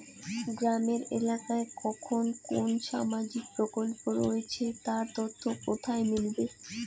গ্রামের এলাকায় কখন কোন সামাজিক প্রকল্প রয়েছে তার তথ্য কোথায় মিলবে?